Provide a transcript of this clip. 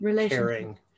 caring